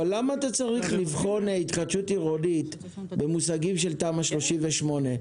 אבל למה אתה צריך לבחון התחדשות עירונית במושגים של תמ"א 38?